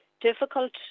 difficult